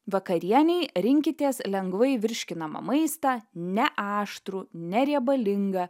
vakarienei rinkitės lengvai virškinamą maistą ne aštrų ne riebalingą